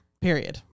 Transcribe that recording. period